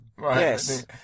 Yes